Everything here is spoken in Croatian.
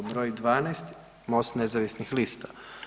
Br. 12 Most nezavisnih lista.